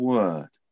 Word